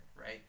right